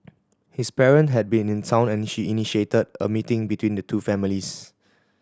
his parent had been in town and she initiated a meeting between the two families